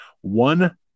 One